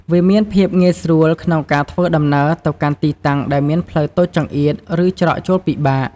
វាមានភាពងាយស្រួលក្នុងការធ្វើដំណើរទៅកាន់ទីតាំងដែលមានផ្លូវតូចចង្អៀតឬច្រកចូលពិបាក។